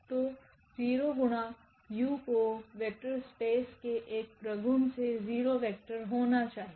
तो 0 गुणा u को वेक्टर स्पेस के एक प्रगुण से 0 वेक्टर होना चाहिए